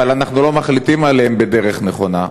אבל אנחנו לא מחליטים עליהן בדרך נכונה,